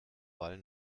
wall